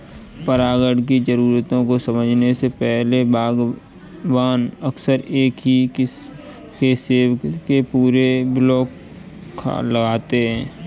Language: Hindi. परागण की जरूरतों को समझने से पहले, बागवान अक्सर एक ही किस्म के सेब के पूरे ब्लॉक लगाते थे